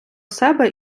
себе